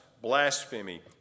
blasphemy